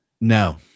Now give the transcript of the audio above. No